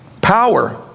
power